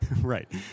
Right